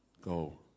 Go